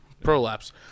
Prolapse